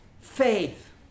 faith